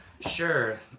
Sure